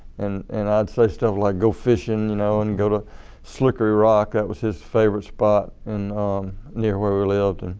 and and i'll say stuff like go fishing you know and go to slippery rock that was his favorite spot and near where we lived.